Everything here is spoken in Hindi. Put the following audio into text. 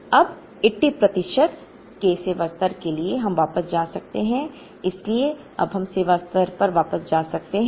अब 80 प्रतिशत के सेवा स्तर के लिए हम वापस जा सकते थे इसलिए अब हम सेवा स्तर पर वापस जा सकते हैं